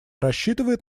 рассчитывает